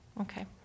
Okay